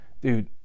dude